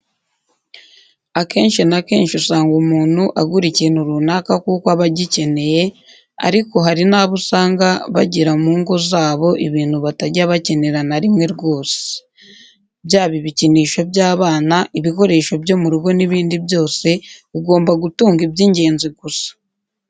Akenshi na kenshi usanga umuntu agura ikintu runaka kuko aba agineye, ariko hari n'abo usanga bagira mu ngo zabo ibintu batajya bakenera na rimwe rwose. Byaba ibikinisho by'abana, ibikoresho byo mu rugo n'ibindi byose, ugomba gutunga iby'ingenzi gusa.